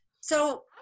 so-